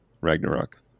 Ragnarok